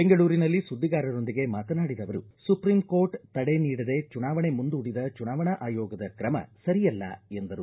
ಬೆಂಗಳೂರಿನಲ್ಲಿ ಸುದ್ದಿಗಾರರೊಂದಿಗೆ ಮಾತನಾಡಿದ ಅವರು ಸುಪ್ರೀಂ ಕೋರ್ಟ್ ತಡೆ ನೀಡದೇ ಚುನಾವಣೆ ಮುಂದೂಡಿದ ಚುನಾವಣಾ ಆಯೋಗದ ಕ್ರಮ ಸರಿಯಲ್ಲ ಎಂದರು